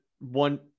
one